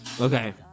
Okay